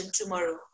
tomorrow